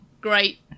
great